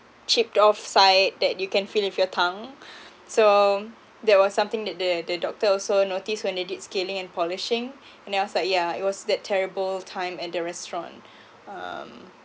chipped off side that you can feel with your tongue so that was something that the the doctor also noticed when they did scaling and polishing and then I was like yeah it was that terrible time at the restaurant um